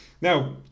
now